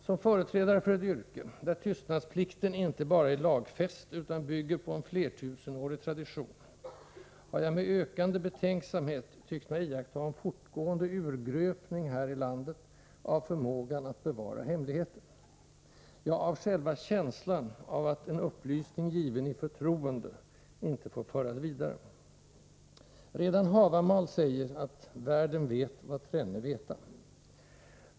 Som företrädare för ett yrke där tystnadsplikten inte bara är lagfäst utan bygger på en flertusenårig tradition, har jag med ökande betänksamhet tyckt mig iaktta en fortgående urgröpning här i landet av förmågan att bevara hemligheter, ja, av själva känslan att en upplysning giveni förtroende inte får föras vidare. Redan Havamal säger att världen vet, vad trenne veta.